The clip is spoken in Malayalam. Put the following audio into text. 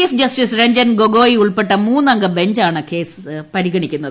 ചീഫ് ജ്സ്ലിസ് രഞ്ജൻ ഗൊഗോയ് ഉൾപ്പെട്ട മൂന്നംഗ ബെഞ്ചാണ് ക്ട്രേസ് പരിഗണിക്കുന്നത്